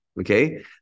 okay